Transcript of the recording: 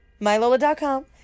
Mylola.com